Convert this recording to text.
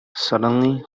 suddenly